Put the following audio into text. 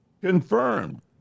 confirmed